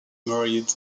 married